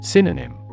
Synonym